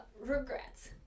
regrets